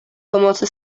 pomocy